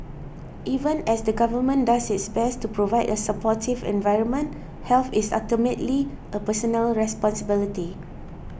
even as the government does its best to provide a supportive environment health is ultimately a personal responsibility